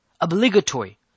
Obligatory